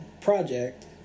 project